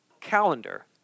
calendar